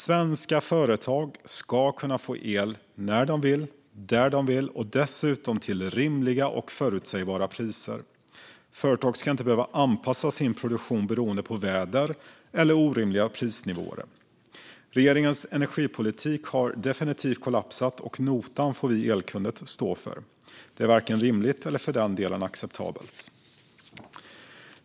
Svenska företag ska kunna få el när de vill, där de vill och dessutom till rimliga och förutsägbara priser. Företag ska inte behöva anpassa sin produktion efter väder och orimliga prisnivåer. Regeringens energipolitik har definitivt kollapsat, och notan får vi elkunder stå för. Det är varken rimligt eller acceptabelt.